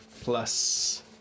plus